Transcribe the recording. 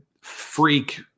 freak